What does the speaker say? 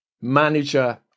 Manager